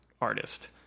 artist